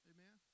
Amen